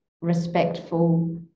respectful